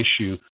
issue